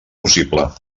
possible